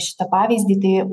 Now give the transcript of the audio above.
šitą pavyzdį tai